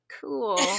Cool